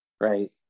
right